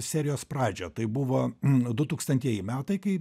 serijos pradžią tai buvo dutūkstantieji metai kai